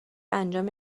انجام